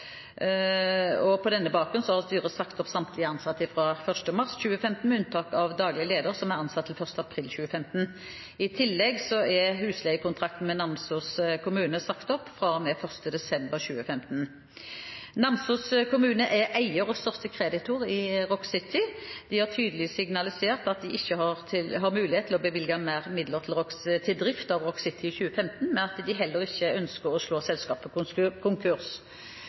mars 2015, med unntak av daglig leder, som er ansatt til 1. april 2015. I tillegg er husleiekontrakten med Namsos kommune sagt opp fra og med 1. desember 2015. Namsos kommune er eier og største kreditor i Rock City. De har tydelig signalisert at de ikke har mulighet til å bevilge mer midler til drift av Rock City i 2015, men at de heller ikke ønsker å slå selskapet konkurs.